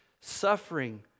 suffering